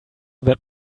that